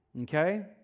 Okay